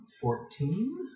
fourteen